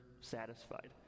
satisfied